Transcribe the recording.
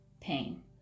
pain